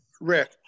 Rick